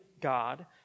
God